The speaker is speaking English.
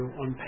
on